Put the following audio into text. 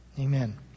Amen